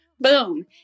boom